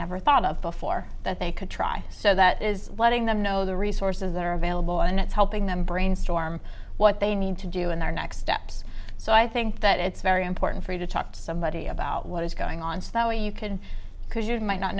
never thought of before that they could try so that is letting them know the resources that are available and it's helping them brainstorm what they need to do in their next steps so i think that it's very important for you to talk to somebody about what is going on now you could because you might not